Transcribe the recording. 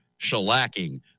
shellacking